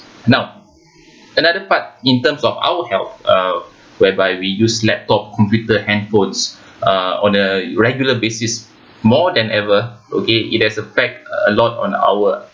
now another part in terms of our help uh whereby we use laptop computer handphones uh on a regular basis more than ever okay it has affect a lot on our